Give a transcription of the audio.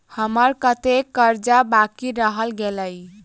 हम्मर कत्तेक कर्जा बाकी रहल गेलइ?